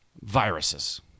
Viruses